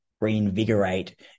reinvigorate